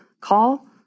call